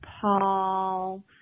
Paul